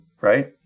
right